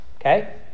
Okay